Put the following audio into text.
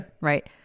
right